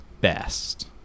best